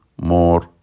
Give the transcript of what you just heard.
more